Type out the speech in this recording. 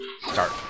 Start